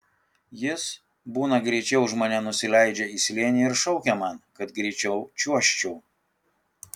jis būna greičiau už mane nusileidžia į slėnį ir šaukia man kad greičiau čiuožčiau